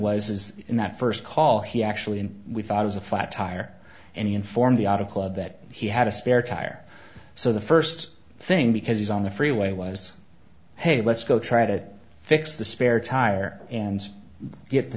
is in that first call he actually in we thought was a flat tire and he informed the article of that he had a spare tire so the first thing because he's on the freeway was hey let's go try to fix the spare tire and get the